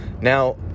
Now